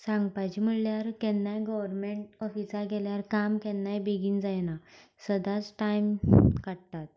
सांगपाचे म्हणल्यार केन्नाय गर्वमेंट ऑफिसाक गेल्यार काम केन्नाय बेगीन जायना सदांच टायम काडटा